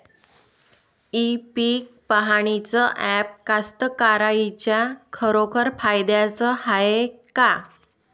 इ पीक पहानीचं ॲप कास्तकाराइच्या खरोखर फायद्याचं हाये का?